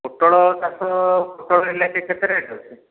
ପୋଟଳ ଚାଷ ପୋଟଳ ଏଇନା କେତେ ରେଟ୍ ଅଛି